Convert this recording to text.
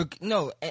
No